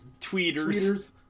tweeters